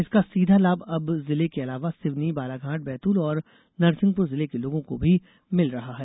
इसका सीधा लाभ अब जिले के अलावा सिवनी बालाघाट बैतूल और नरसिंहपुर जिले के लोगों को भी मिल रहा है